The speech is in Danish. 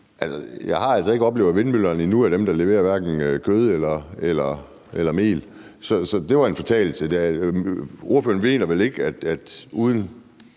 jeg har altså endnu ikke oplevet, at vindmøllerne er dem, der leverer hverken kød eller mel. Så det må være en fortalelse. Ministeren mener vel ikke, at der